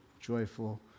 joyful